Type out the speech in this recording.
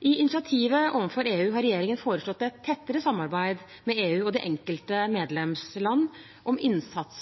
I initiativet overfor EU har regjeringen foreslått et tettere samarbeid med EU og de enkelte medlemsland om innsats